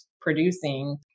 producing